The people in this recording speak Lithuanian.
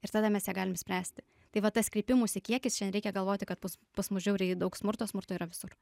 ir tada mes ją galim spręsti tai va tas kreipimųsi kiekis šiandien reikia galvoti kad pus pas mus žiauriai daug smurto smurto yra visur